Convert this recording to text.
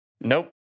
Nope